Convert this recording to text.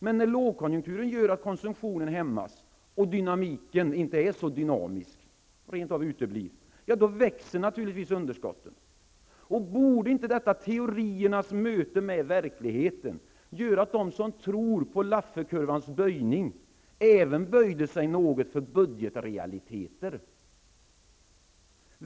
Men när lågkonjunkturen gör att konsumtionen hämmas och dynamiken inte är så dynamisk eller rent av uteblir, då växer naturligtvis underskotten. Borde inte detta teoriernas möte med verkligheten göra att de som tror på Lafferkurvans böjning även böjde sig något för budgetrealiteter?